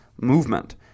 movement